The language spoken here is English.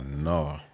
no